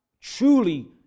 truly